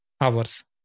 hours